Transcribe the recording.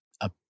up